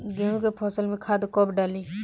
गेहूं के फसल में खाद कब डाली?